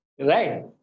Right